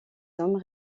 hommes